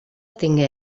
tingué